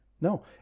no